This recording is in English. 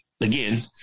again